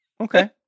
Okay